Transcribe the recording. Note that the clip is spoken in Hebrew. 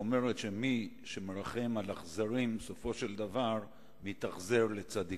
מי שמרחם על אכזרים בסופו של דבר מתאכזר לצדיקים.